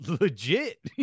legit